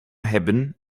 hebben